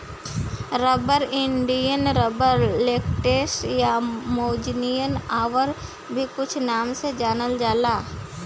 rubber के Indian rubber, latex आ Amazonian आउर भी कुछ नाम से जानल जाला